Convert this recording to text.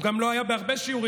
הוא גם לא היה בהרבה שיעורים.